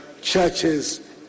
churches